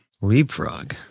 Leapfrog